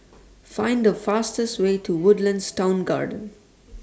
Find The fastest Way to Woodlands Town Garden